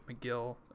McGill